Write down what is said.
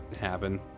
happen